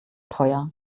teuer